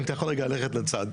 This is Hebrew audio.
אם אתה יכול רגע ללכת לצד.